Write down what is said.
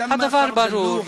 הדבר ברור,